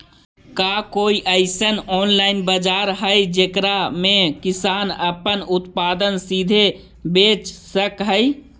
का कोई अइसन ऑनलाइन बाजार हई जेकरा में किसान अपन उत्पादन सीधे बेच सक हई?